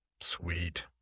Sweet